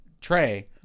Trey